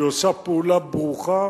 היא עושה פעולה ברוכה,